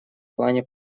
плане